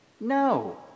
No